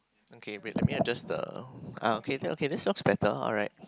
okay wait let me adjust the ah okay that okay that sounds better alright